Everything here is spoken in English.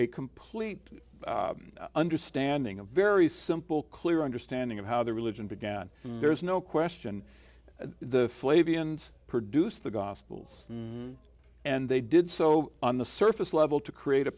a complete understanding a very simple clear understanding of how the religion began there is no question the flavian produced the gospels and they did so on the surface level to create a